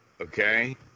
Okay